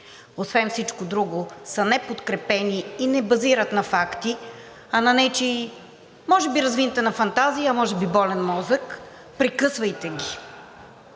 освен всичко друго са неподкрепени и не се базират на факти, а на нечия може би развинтена фантазия, а може би болен мозък – прекъсвайте ги.